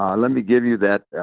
um let me give you that,